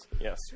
Yes